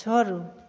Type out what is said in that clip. छोड़ू